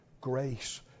grace